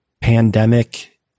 pandemic